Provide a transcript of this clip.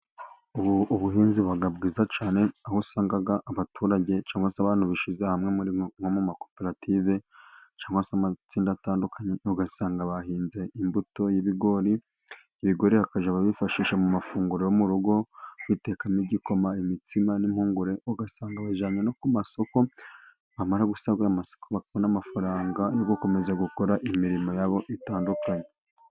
Ubuhinzi buba bwiza cyane aho usanga abaturage cyangwa se abantu bishyize hamwe nko mu makoperative cyangwa amatsinda atandukanye, ugasanga bahinze imbuto y'ibigori. Ibigori bakaba babyifashisha mu mafunguro yo mu rugo. Utekamo igikoma, imitsima n'impungure. Ugasanga babijyanye no ku masoko, bamara gusagurira amasoko, bakabona amafaranga yo gukomeza gukora imirimo yabo itandukanye.